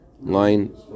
line